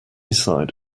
side